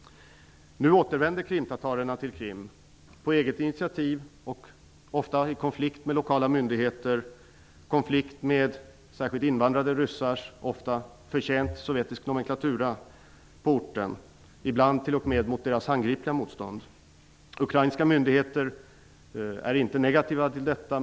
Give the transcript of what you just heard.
Nu återvänder krimtatarerna till Krim på eget initiativ och ofta i konflikt med lokala myndigheter. Det har blivit konflikt med särskilt invandrade ryssar på orten, ofta förtjänt sovjetisk nomenklatura. Man har t.o.m. mött deras handgripliga motstånd. Ukrainska myndigheter är inte negativa till ett återvändande.